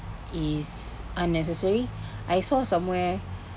is unnecessary I saw somewhere